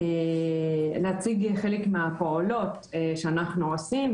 אני רוצה להציג חלק מהפעולות שאנחנו עושים,